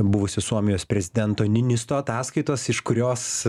buvusio suomijos prezidento ninisto ataskaitos iš kurios